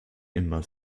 immer